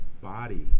body